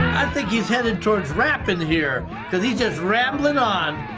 think he's headed towards rap in here, because he's just rambling on,